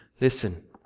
Listen